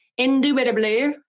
indubitably